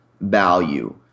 value